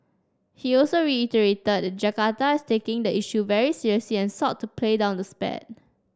he also reiterated that Jakarta is taking the issue very seriously and sought to play down the spat